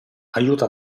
aiuta